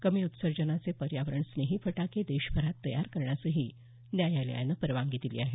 कमी उत्सर्जनाचे पर्यावरणस्नेही फटाके देशभरात तयार करण्यासही न्यायालयानं परवानगी दिली आहे